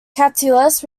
catullus